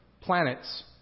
planets